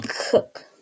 Cook